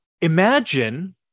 imagine